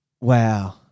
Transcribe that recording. Wow